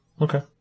Okay